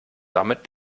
damit